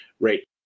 right